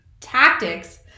tactics